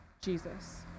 Jesus